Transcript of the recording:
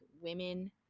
women